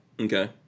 Okay